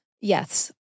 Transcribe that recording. yes